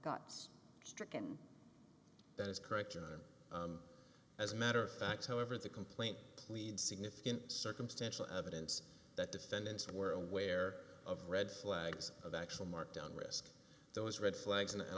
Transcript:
guts stricken that is correct john as a matter of fact however the complaint plead significant circumstantial evidence that defendants were aware of red flags of actual markdown risk those red flags and